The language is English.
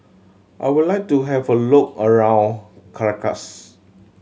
I would like to have a look around Caracas